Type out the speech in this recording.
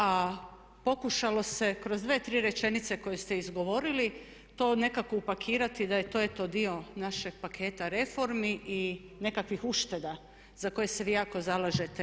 A pokušalo se kroz dvije, tri rečenice koje ste izgovorili to nekako upakirati da je to eto dio našeg paketa reformi i nekakvih ušteda za koje se vi jako zalažete.